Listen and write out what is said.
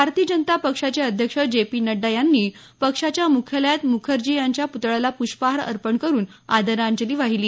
भारतीय जनता पक्षाचे अध्यक्ष जे पी नड्डा यांनी पक्षाच्या मुख्यालयात मुखर्जी यांच्या प्तळ्याला पृष्पहार अर्पण करून आदरांजली वाहिली